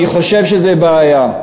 אני חושב שזה בעיה,